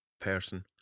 person